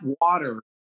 water